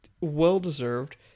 well-deserved